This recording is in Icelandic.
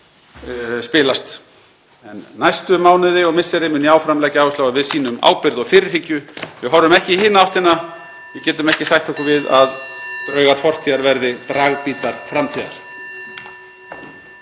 spilast. Næstu mánuði og misseri mun ég áfram leggja áherslu á að við sýnum ábyrgð og fyrirhyggju, að við horfum ekki í hina áttina. Við getum ekki sætt okkur við að draugar fortíðar verði dragbítar framtíðar.